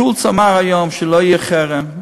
שולץ אמר היום שלא יהיה חרם.